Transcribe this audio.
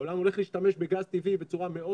העולם הולך להשתמש בגז טבעי בצורה מאוד